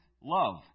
love